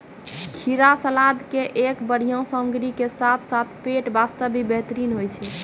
खीरा सलाद के एक बढ़िया सामग्री के साथॅ साथॅ पेट बास्तॅ भी बेहतरीन होय छै